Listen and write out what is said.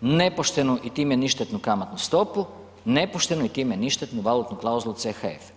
nepoštenu i time ništetnu kamatnu stopu, nepoštenu i time ništetnu valutnu klauzulu CHF.